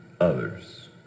others